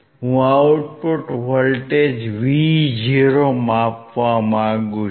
હું output voltage Vo માપવા માંગુ છું